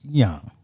young